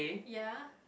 ya